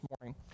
morning